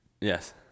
Yes